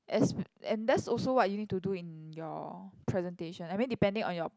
as and that's also what you need to do in your presentation I mean depending on your